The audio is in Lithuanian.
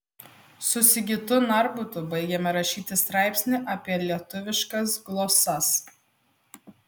su sigitu narbutu baigėme rašyti straipsnį apie lietuviškas glosas